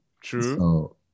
True